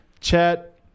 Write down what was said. Chet